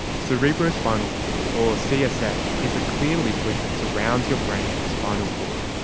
cerebrospinal fluid or csf is a clear liquid that surrounds your brain and spinal cord.